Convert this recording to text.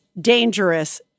dangerous